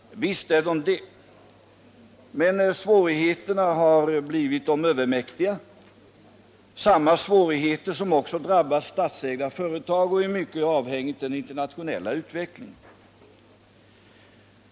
Visst är de det. Men svårigheterna har blivit dem övermäktiga, samma svårigheter som också drabbar statsägda företag och är mycket avhängiga av den internationella utvecklingen.